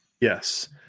Yes